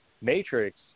Matrix